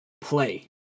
play